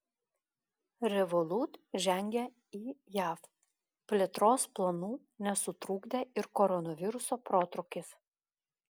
revolut žengia į jav plėtros planų nesutrukdė ir koronaviruso protrūkis